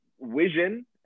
vision